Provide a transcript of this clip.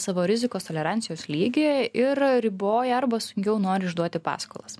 savo rizikos tolerancijos lygį ir riboja arba saugiau nori išduoti paskolas